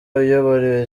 uyobora